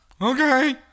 okay